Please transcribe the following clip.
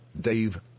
Dave